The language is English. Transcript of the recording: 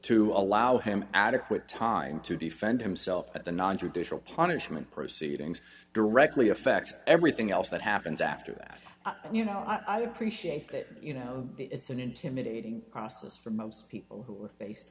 to allow him adequate time to defend himself at the non judicial punishment proceedings directly affects everything else that happens after that and you know i appreciate that you know it's an intimidating process for most people who